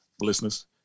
listeners